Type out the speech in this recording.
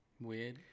Weird